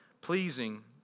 pleasing